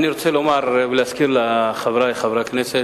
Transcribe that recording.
אני רוצה להזכיר לחברי חברי הכנסת,